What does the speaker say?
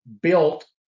built